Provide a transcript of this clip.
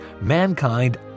mankind